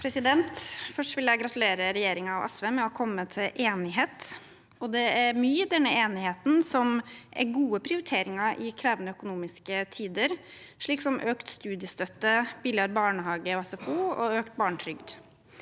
Først vil jeg gratulere re- gjeringen og SV med å ha kommet til enighet. Det er mye i denne enigheten som er gode prioriteringer i krevende økonomiske tider, slik som økt studiestøtte, billigere barnehage og SFO og økt barnetrygd.